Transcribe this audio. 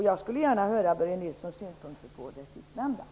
Jag skulle gärna vilja höra Börje Nilssons synpunkter på det sistnämnda.